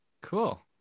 cool